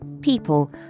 people